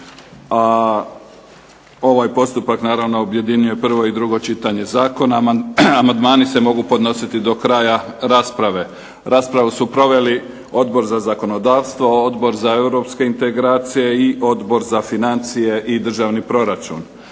ovaj postupak naravno objedinjuje prvo i drugo čitanje zakona. Amandmani se mogu podnositi do kraja rasprave. Raspravu su proveli Odbor za zakonodavstvo, Odbor za europske integracije i Odbor za financije i državni proračun.